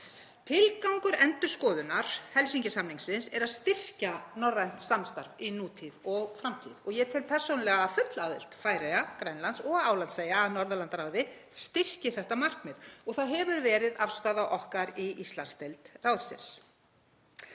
Tilgangur endurskoðunar Helsinki-samningsins er að styrkja norrænt samstarf í nútíð og framtíð. Ég tel persónulega að full aðild Færeyja, Grænlands og Álandseyja að Norðurlandaráði styrkir þetta markmið og það hefur verið afstaða okkar í Íslandsdeild ráðsins.